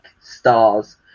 stars